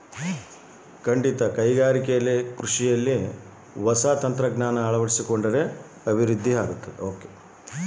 ಕೈಗಾರಿಕಾ ಕೃಷಿಯಲ್ಲಿ ಹೊಸ ತಂತ್ರಜ್ಞಾನವನ್ನ ಅಳವಡಿಸಿಕೊಳ್ಳಬಹುದೇ?